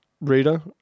reader